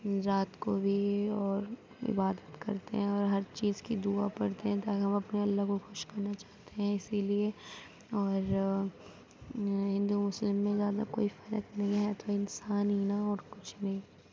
رات کو بھی اور عبادت کرتے ہیں اور ہر چیز کی دعا پڑھتے ہیں تاکہ ہم اپنے اللہ کو خوش کرنا چاہتے ہیں اسی لیے اور ہندو مسلم میں زیادہ کوئی فرق نہیں ہے ہیں تو انسان ہی ناں اور کچھ نہیں